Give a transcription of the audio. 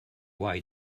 why